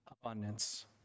abundance